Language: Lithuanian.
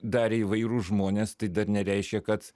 darė įvairūs žmonės tai dar nereiškia kad